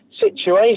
situation